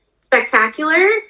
spectacular